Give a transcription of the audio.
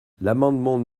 l’amendement